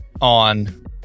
on